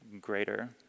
greater